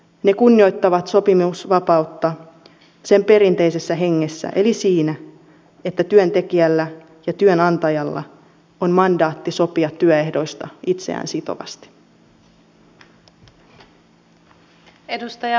ne kunnioittavat sopimusvapautta sen perinteisessä hengessä eli siinä että työntekijällä ja työnantajalla on mandaatti sopia työehdoista itseään sitovasti